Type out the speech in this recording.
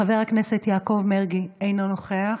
חבר הכנסת יעקב מרגי, אינו נוכח,